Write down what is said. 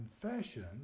confession